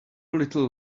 little